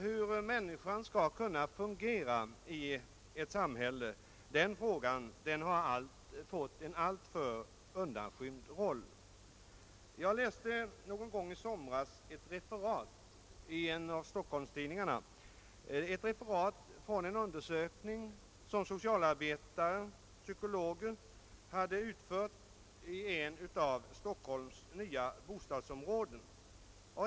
Hur människan skall kunna fungera i ett samhälle har fått en alltför undanskymd roll. Jag läste i somras i en av Stockholmstidningarna ett referat av en undersökning, som socialarbetare och psykologer hade utfört i en av Stockholms nya bostadsområden.